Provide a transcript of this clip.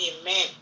Amen